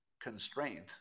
constraint